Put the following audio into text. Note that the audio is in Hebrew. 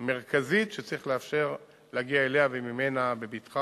מרכזית שצריך לאפשר להגיע אליה וממנה בבטחה